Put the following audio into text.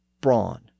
brawn